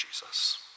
Jesus